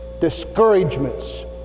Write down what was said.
discouragements